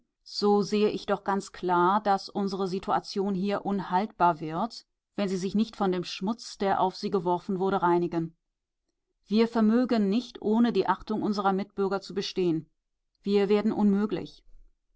so sehe ich doch ganz klar daß unsere situation hier unhaltbar wird wenn sie sich nicht von dem schmutz der auf sie geworfen wurde reinigen wir vermögen nicht ohne die achtung unserer mitbürger zu bestehen wir werden unmöglich